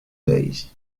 days